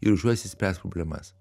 ir už juos išspręs problemas